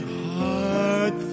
hard